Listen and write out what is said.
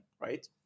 right